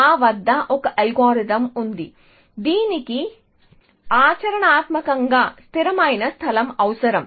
మా వద్ద ఒక అల్గోరిథం ఉంది దీనికి ఆచరణాత్మకంగా స్థిరమైన స్థలం అవసరం